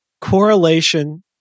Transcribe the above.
correlation